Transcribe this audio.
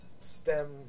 stem